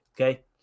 okay